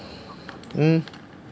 uh